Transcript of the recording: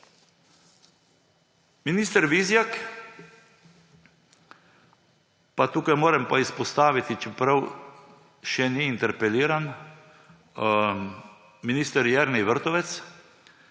Minister Vizjak pa ‒ tukaj moram izpostaviti, čeprav še ni interpeliran ‒ minister Jernej Vrtovec